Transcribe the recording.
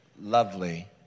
lovely